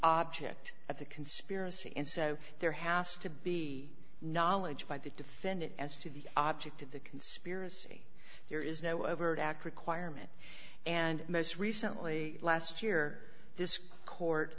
object of the conspiracy and so there has to be knowledge by the defendant as to the object of the conspiracy there is no overt act requirement and most recently last year this court